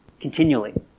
Continually